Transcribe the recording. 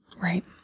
Right